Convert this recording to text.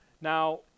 Now